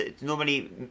Normally